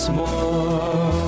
more